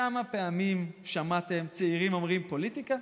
כמה פעמים שמעתם צעירים אומרים: פוליטיקה,